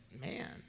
Man